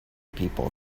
people